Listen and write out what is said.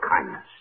kindness